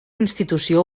institució